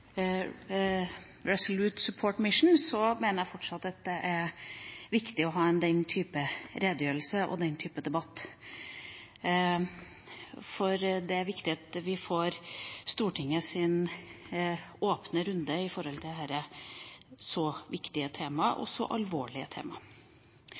Resolute Support mission, mener jeg fortsatt at det er viktig å ha den type redegjørelse og den type debatt. Det er viktig at vi får en åpen runde i Stortinget om dette så viktige